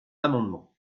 amendement